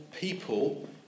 people